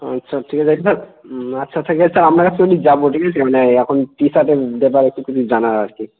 আচ্ছা ঠিক আছে স্যার আচ্ছা ঠিক আছে স্যার আপনার কাছে অ্যাকচুয়ালি যাব ঠিক আছে মানে এখন টিশার্টের ব্যাপারে একটু কিছু জানার আর কি